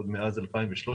עוד מאז 2013,